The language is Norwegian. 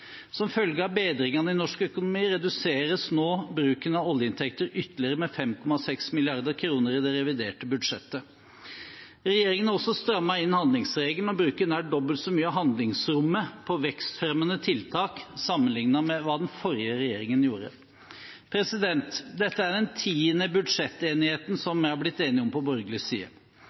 Som følge av bedringene i norsk økonomi reduseres nå bruken av oljeinntekter ytterligere med 5,6 mrd. kr i det reviderte budsjettet. Regjeringen har også strammet inn handlingsregelen og bruker nær dobbelt så mye av handlingsrommet på vekstfremmende tiltak sammenlignet med hva den forrige regjeringen gjorde. Dette er den tiende budsjettenigheten som vi har fått til på borgerlig side.